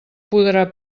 podrà